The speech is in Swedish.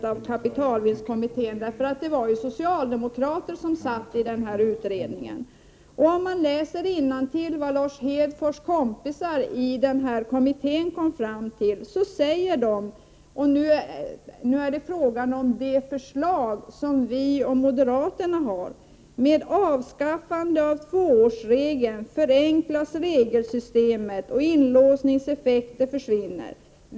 Det intressanta är ju att det var socialdemokrater som satt i den kommittén, och Lars Hedfors kompisar där kom fram till följande om det förslag som folkpartiet och moderaterna nu står bakom: ”Med avskaffande av tvåårsregeln förenklas regelsystemet och inlåsningseffekter försvinner.